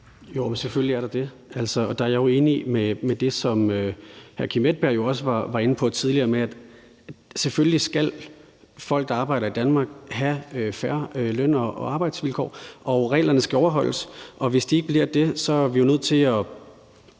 Jo, selvfølgelig er der det, og der er jeg jo enig i det, som hr. Kim Edberg Andersen jo også var inde på tidligere: Selvfølgelig skal folk, der arbejder i Danmark, have fair løn- og arbejdsvilkår, og reglerne skal overholdes, og hvis de ikke bliver det, er vi jo nødt til at